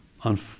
on